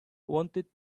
wanted